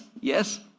yes